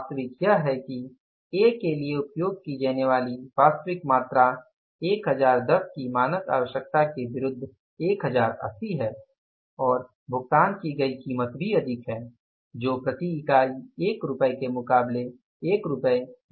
अब वास्तविक यह है कि ए के लिए उपयोग की जाने वाली वास्तविक मात्रा 1010 की मानक आवश्यकता के विरुद्ध 1080 है और भुगतान की गई कीमत भी अधिक है जो प्रति इकाई 1 रुपये के मुकाबले 12 है